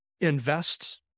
invest